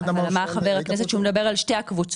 הוא אומר לכם: חבר'ה,